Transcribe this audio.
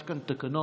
יש כאן תקנון.